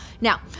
Now